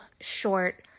short